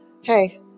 Hey